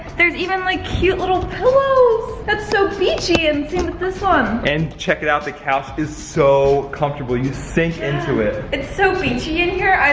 there's even like cute little pillows. that's so beachy and same with this one. and check it out, the couch is so comfortable. you sink into it. it's and so beachy in here.